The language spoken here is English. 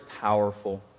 powerful